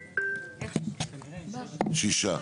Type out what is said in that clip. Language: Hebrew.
שישה.